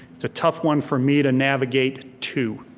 it's a tough one for me to navigate to.